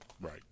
Right